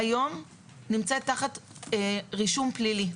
היום נמצאת תחת רישום פלילי,